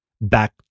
back